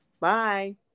Bye